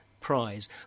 prize